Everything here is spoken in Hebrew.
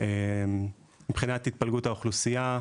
מבחינת התפלגות האוכלוסיה,